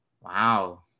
wow